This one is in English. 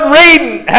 reading